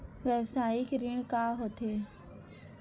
व्यवसायिक ऋण का होथे?